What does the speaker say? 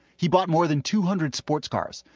he bought more than two hundred sports cars,